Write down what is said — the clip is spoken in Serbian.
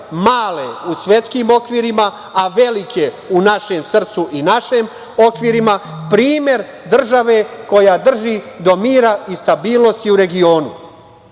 male u svetskim okvirima, a velike u našem srcu i našim okvirima, primer države koja drži do mira i stabilnosti u regionu. Dakle,